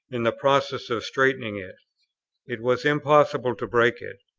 in the process of straightening it it was impossible to break it.